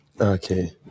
Okay